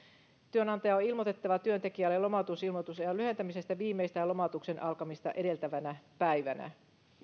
työnantajan on ilmoitettava työntekijälle lomautusilmoitusajan lyhentämisestä viimeistään lomautuksen alkamista edeltävänä päivänä